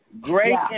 great